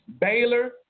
Baylor